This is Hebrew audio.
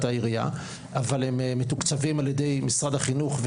העירייה אבל מתוקצבים על ידי משרד החינוך,